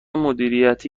مدیریتی